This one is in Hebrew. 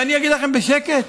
ואגיד לכם בשקט: